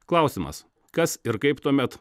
klausimas kas ir kaip tuomet